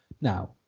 Now